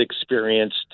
experienced